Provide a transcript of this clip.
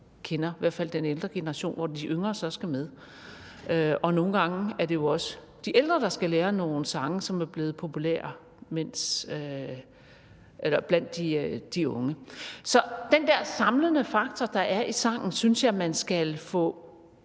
kender – i hvert fald den ældre generation, og hvor de yngre så skal med. Og nogle gange er det jo også de ældre, der skal lære nogle sange, som er blevet populære blandt de unge. Så den der samlende faktor, der er i sangen, synes jeg man skal få